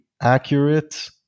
accurate